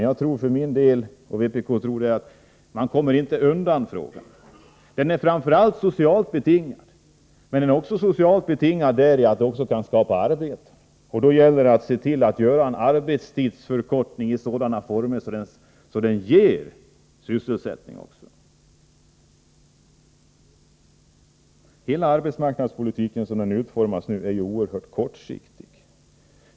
Jag och vpk tror emellertid att man inte kommer undan den här frågan. Den är framför allt socialt betingad — också på det sättet att man härigenom kan skapa arbete. Då gäller det att se till att genomföra en arbetstidsförkortning i sådana former att den också ger sysselsättning. Hela arbetsmarknadspolitiken som den nu utformas är oerhört kortsiktig.